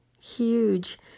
huge